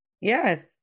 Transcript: Yes